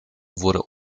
wurde